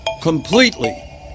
completely